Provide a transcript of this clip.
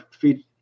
feed